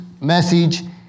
message